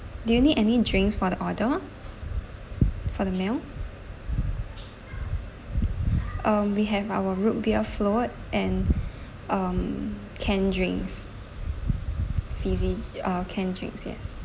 do you need any drinks for the order for the meal um we have our root beer float and um canned drinks fizzy uh canned drinks yes